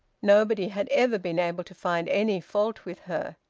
nobody had ever been able to find any fault with her.